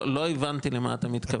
לא הבנתי למה אתה מתכוון.